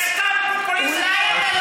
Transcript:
אין, זה סתם פופוליזם,